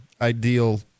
ideal